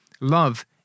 love